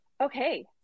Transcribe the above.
Okay